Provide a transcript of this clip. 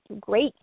great